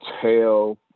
tell